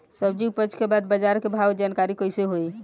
सब्जी उपज के बाद बाजार के भाव के जानकारी कैसे होई?